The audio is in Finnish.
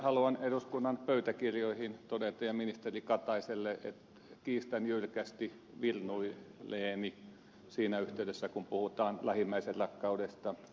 haluan eduskunnan pöytäkirjoihin ja ministeri kataiselle todeta että kiistän jyrkästi virnuilleeni siinä yhteydessä kun puhutaan lähimmäisenrakkaudesta